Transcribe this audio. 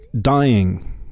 dying